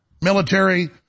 military